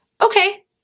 okay